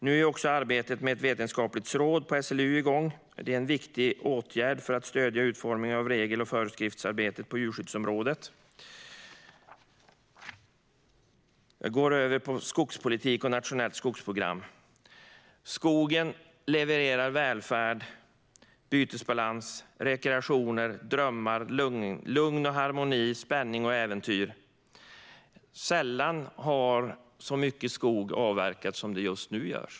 Nu är också arbetet med ett vetenskapligt råd på SLU igång. Det är en viktig åtgärd för att stödja utformningen av regel och föreskriftsarbetet på djurskyddsområdet. Jag går över till att tala om skogspolitik och ett nationellt skogsprogram. Skogen levererar välfärd, bytesbalans, rekreation och drömmar, lugn och harmoni, spänning och äventyr. Sällan har så mycket skog avverkats som just nu.